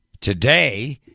Today